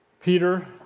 Peter